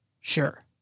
Sure